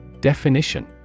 Definition